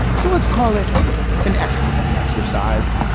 so let's call it an excrement exercise.